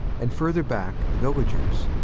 and further back the villagers,